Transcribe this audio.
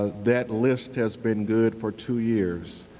that list has been good for two years.